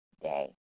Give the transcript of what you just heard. day